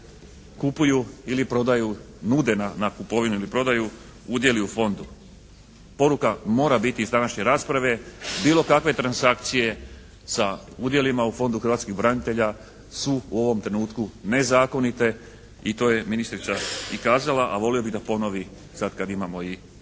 kupuju ili prodaju, nude na kupovinu ili prodaju udjeli u Fondu. Poruka mora biti iz današnje rasprave, bilo kakve transakcije sa udjelima u Fondu hrvatskih branitelja su u ovom trenutku nezakonite i to je ministrica i kazala, a volio bih da ponovi sada kada imamo,